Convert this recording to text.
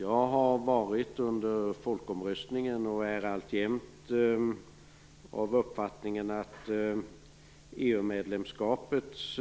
Jag var under folkomröstningen och är alltjämt av uppfattningen att EU-medlemskapets